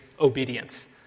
obedience